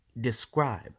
describe